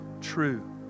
true